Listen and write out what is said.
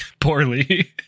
Poorly